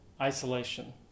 Isolation